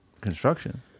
construction